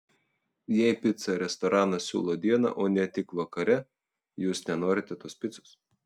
jei picą restoranas siūlo dieną o ne tik vakare jūs nenorite tos picos